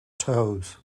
toes